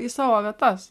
į savo vietas